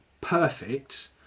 perfect